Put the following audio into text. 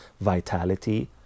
vitality